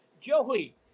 joey